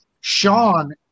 Sean